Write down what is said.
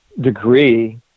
degree